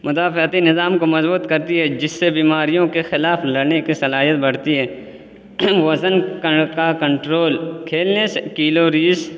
مدافعتی نظام کو مضبوط کرتی ہے جس سے بیماریوں کے خلاف لڑنے کی صلاحیت بڑھتی ہے وزن کا کا کنٹرول کھیلنے سے کیلوریز